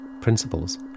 Principles